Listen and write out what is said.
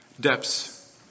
depths